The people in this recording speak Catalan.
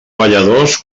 balladors